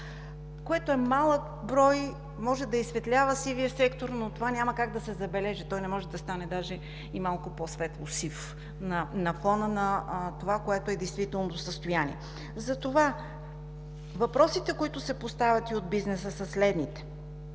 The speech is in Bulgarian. което е малък брой, може да изсветлява сивия сектор, но това няма как да се забележи, той не може да стане даже и малко по-светлосив на фона на това, което е действителното състояние. Затова въпросите, които се поставят и от бизнеса, са следните,